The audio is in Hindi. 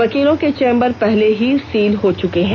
वकीलों के चैंबर पहले ही सील हो चुके हैं